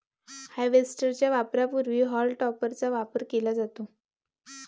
harvester च्या वापरापूर्वी haulm टॉपरचा वापर केला जातो